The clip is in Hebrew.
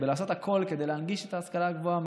בלעשות הכול כדי להנגיש את ההשכלה הגבוהה,